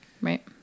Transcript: Right